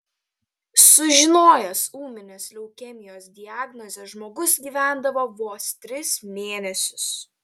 sužinojęs ūminės leukemijos diagnozę žmogus gyvendavo vos tris mėnesius